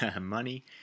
money